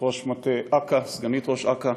ראש מטה אכ"א, סגנית ראש אכ"א,